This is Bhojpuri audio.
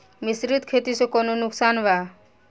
मिश्रित खेती से कौनो नुकसान वा?